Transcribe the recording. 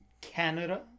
Canada